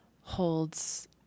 holds